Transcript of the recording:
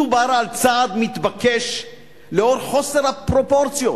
מדובר על צעד מתבקש לנוכח חוסר הפרופורציות